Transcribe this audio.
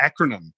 acronym